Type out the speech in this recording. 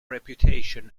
reputation